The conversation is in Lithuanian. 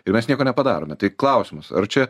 ir mes nieko nepadarome tai klausimas ar čia